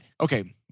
okay